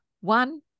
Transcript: one